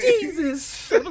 Jesus